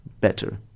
better